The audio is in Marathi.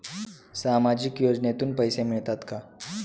सामाजिक योजनेतून पैसे मिळतात का?